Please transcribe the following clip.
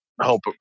Help